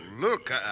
look